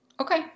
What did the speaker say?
Okay